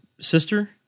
sister